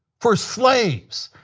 for slaves.